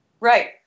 Right